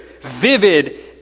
vivid